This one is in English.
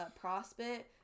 Prospect